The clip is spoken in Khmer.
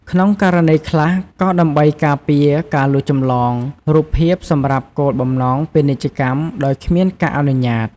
ក្នុងករណីខ្លះ ក៏ដើម្បីការពារការលួចចម្លងរូបភាពសម្រាប់គោលបំណងពាណិជ្ជកម្មដោយគ្មានការអនុញ្ញាត។